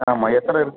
ஆமாம் எத்தனை